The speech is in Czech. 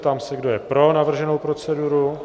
Ptám se, kdo je pro navrženou proceduru.